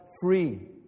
free